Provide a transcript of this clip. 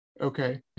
Okay